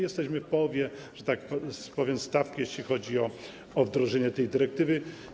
Jesteśmy w połowie, że tak powiem, stawki, jeżeli chodzi o wdrożenie tej dyrektywy.